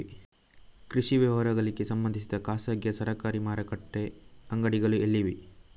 ಕೃಷಿ ವ್ಯವಹಾರಗಳಿಗೆ ಸಂಬಂಧಿಸಿದ ಖಾಸಗಿಯಾ ಸರಕಾರಿ ಮಾರುಕಟ್ಟೆ ಅಂಗಡಿಗಳು ಎಲ್ಲಿವೆ?